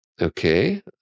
Okay